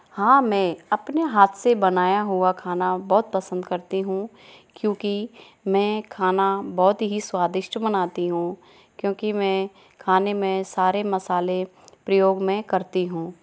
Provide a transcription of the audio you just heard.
हाँ मैं अपने हाथ से बनाया हुआ खाना बहुत पसंद करती हूँ क्योंकि मैं खाना बहुत ही स्वादिष्ट बनाती हूँ क्योंकि मैं खाने में सारे मसाले प्रयोग में करती हूँ